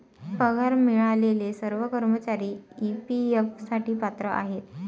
पगार मिळालेले सर्व कर्मचारी ई.पी.एफ साठी पात्र आहेत